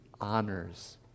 honors